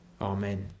Amen